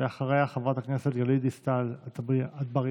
ואחריה, חברת הכנסת גלית דיסטל אטבריאן.